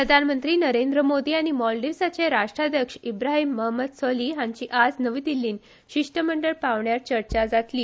प्रधानमंत्री नरेंद्र मोदी आनी मालदीवजचे राष्ट्रपती इब्राहिम महम्मद सोलीह हांची आयज नवी दिल्लीत शिष्टमंडळ पांवड्यार चर्चा जातली